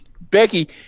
Becky